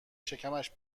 شکمش